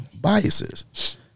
biases